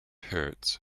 hurts